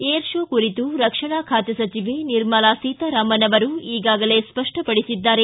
air show ಕುರಿತು ರಕ್ಷಣಾ ಖಾತೆ ಸಚಿವೆ ನಿರ್ಮಲಾ ಸೀತಾರಾಮ್ ಅವರು ಈಗಾಗಲೇ ಸ್ಪಷ್ಟಪಡಿಸಿದ್ದಾರೆ